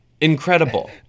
Incredible